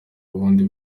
bundi